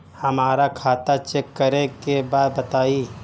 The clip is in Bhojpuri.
हमरा खाता चेक करे के बा बताई?